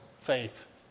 faith